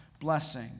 blessing